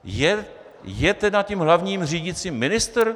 Je tedy tím hlavním řídícím ministr?